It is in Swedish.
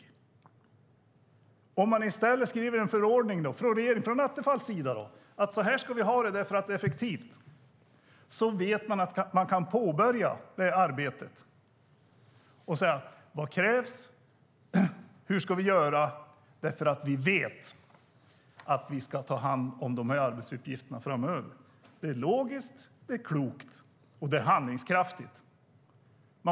Om Attefall i stället skriver en förordning om att vi ska ha det så här därför att det är effektivt, då vet man att man kan påbörja arbetet och fråga sig vad som krävs och hur man ska göra eftersom man vet att man ska ta hand om de här arbetsuppgifterna framöver. Det är logiskt, klokt och handlingskraftigt.